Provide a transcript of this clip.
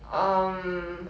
um